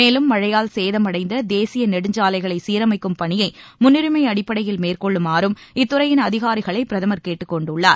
மேலும் மழையால் சேதமடைந்த தேசிய நெடுஞ்சாலைகளை சீரமைக்கும் பணியை முன்னுரிமை அடிப்படையில் மேற்கொள்ளுமாறும் இத்துறையின் அதிகாரிகளை பிரதமர் கேட்டுக்கொண்டுள்ளார்